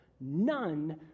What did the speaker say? none